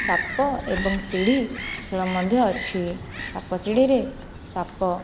ସାପ ଏବଂ ଶିଢ଼ି ଖେଳ ମଧ୍ୟ ଅଛି ସାପ ଶିଢ଼ିରେ ସାପ